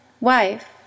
wife